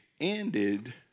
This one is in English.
ended